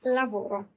lavoro